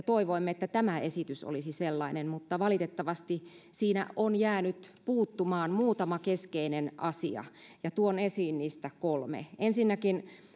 toivoimme että tämä esitys olisi sellainen mutta valitettavasti siitä on jäänyt puuttumaan muutama keskeinen asia ja tuon esiin niistä kolme ensinnäkin